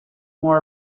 more